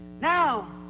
Now